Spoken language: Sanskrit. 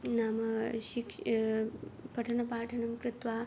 नाम शिक्ष् पठनपाठनं कृत्वा